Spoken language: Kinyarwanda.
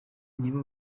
nibo